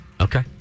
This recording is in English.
Okay